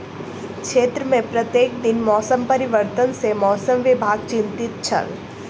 क्षेत्र में प्रत्येक दिन मौसम परिवर्तन सॅ मौसम विभाग चिंतित छल